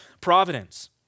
providence